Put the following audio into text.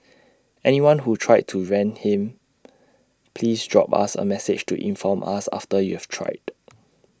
anyone who tried to rent him please drop us A message to inform us after you've tried